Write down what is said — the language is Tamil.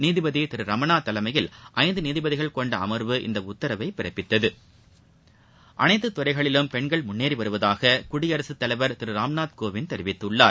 நீதிபதி திரு ரமணா தலைமையில் ஐந்து நீதிபதிகள் கொண்ட அமர்வு இந்த உத்தரவை பிறப்பித்தது அனைத்து துறைகளிலும் பெண்கள் முன்னேறி வருவதாக குடியரசுத் தலைவர் திரு ராம்நாத் னேவிந்த் தெரிவித்தள்ளார்